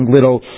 little